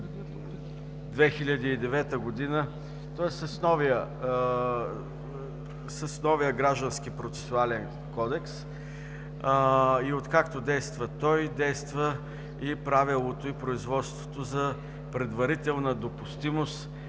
2009 г., тоест с новия Граждански процесуален кодекс. И от както действа той, действа и правилото и производството за предварителна допустимост